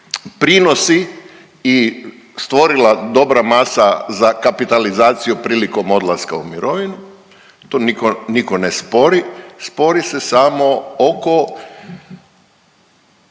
prinosi i stvorila dobra masa za kapitalizaciju prilikom odlaska u mirovinu. To nitko, nitko ne spori. Spori se samo oko